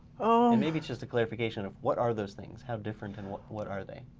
ah and maybe just a clarification of what are those things? how different and what what are they?